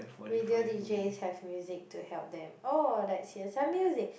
radio D_J have music to help them oh let's hear some music